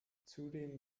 zudem